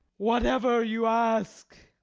whatever you ask!